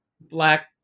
black